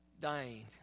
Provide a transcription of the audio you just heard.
dying